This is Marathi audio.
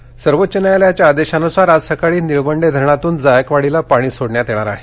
जायकवाडी सर्वोच्च न्यायालयाच्या आदेशानुसार आज सकाळी निळवंडे धरणातून जायकवाडीला पाणी सोडण्यात येणार आहे